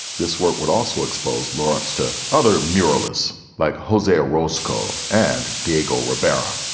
this work would also expose lawrence to other murals like hozier roscoe and diego rivera.